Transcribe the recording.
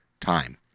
time